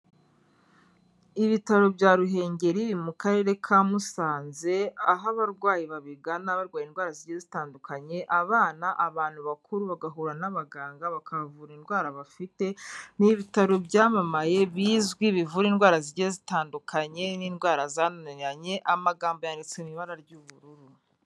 Ibitaro bya ruhengeri biri mu karere ka musanze aho abarwayi babigana barwaye indwara zigiye zitandukanye abana, abantu bakuru bagahura n'abaganga bakabavura indwara bafite n'ibitaro byamamaye bizwi bivura indwara zigiye zitandukanye n'indwara zananiranye amagambo yanditswe mw'ibara ry'ubururu.